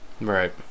Right